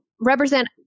represent